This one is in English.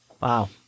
Wow